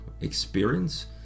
experience